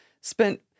spent